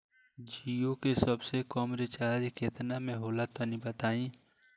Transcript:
जीओ के सबसे कम रिचार्ज केतना के होला तनि बताई?